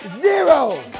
zero